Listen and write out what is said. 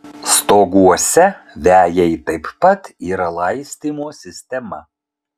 stoguose vejai taip pat yra laistymo sistema